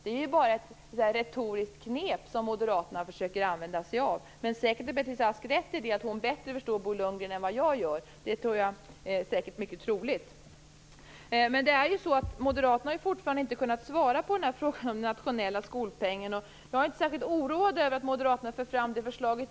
Det är bara ett retoriskt knep som moderaterna försöker använda sig av. Men säkert har Beatrice Ask rätt i att hon förstår Bo Lundgren bättre än vad jag gör. Det är mycket troligt. Men moderaterna har fortfarande inte kunnat svara på frågan om den nationella skolpengen. Jag är inte särskilt oroad över att moderaterna för fram det förslaget.